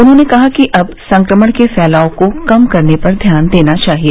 उन्होंने कहा कि अब संक्रमण के फैलाव को कम करने पर ध्यान देना चाहिए